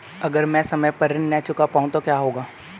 अगर म ैं समय पर ऋण न चुका पाउँ तो क्या होगा?